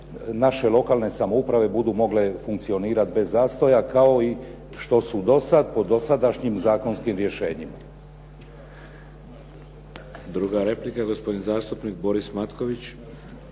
naše lokalne samouprave budu mogle funkcionirati bez zastoja kao i što su do sada, po dosadašnjim zakonskim rješenjima.